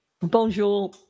Bonjour